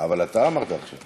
אבל אתה אמרת עכשיו.